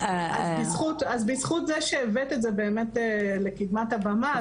אז בזכות זה שהבאת את זה באמת לקדמת הבמה,